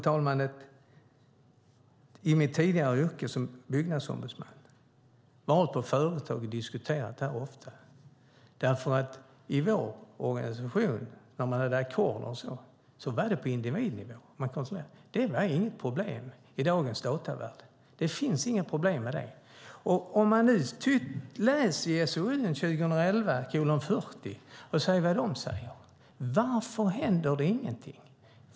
Jag har i mitt tidigare yrke som ombudsman inom Byggnads ofta varit på företag och diskuterat detta. När man inom vår organisation räknade ackord och så vidare skedde det på individnivå, och det var inget problem i dagens datavärld. Det finns inga problem med det. Vi kan läsa vad man skriver i SOU 2011:40. Varför händer ingenting?